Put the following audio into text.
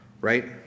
right